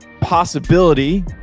possibility